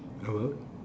hold up